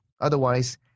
Otherwise